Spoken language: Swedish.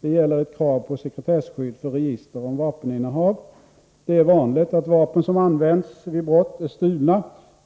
Det gäller ett krav på sekretesskydd för register om vapeninnehav. Det är vanligt att vapen som används vid brott är stulna.